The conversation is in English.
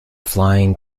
flying